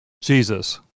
Jesus